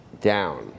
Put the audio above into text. down